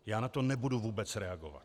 Já na to nebudu vůbec reagovat.